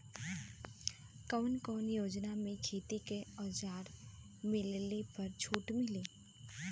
कवन कवन योजना मै खेती के औजार लिहले पर छुट मिली?